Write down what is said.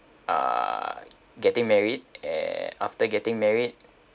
uh getting married and after getting married